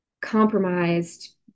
compromised